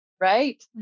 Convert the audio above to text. Right